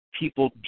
people